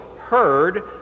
heard